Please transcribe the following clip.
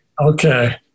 Okay